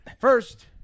first